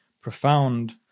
profound